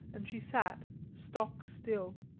and she sat, stock still